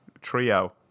trio